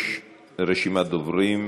יש רשימת דוברים.